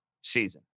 season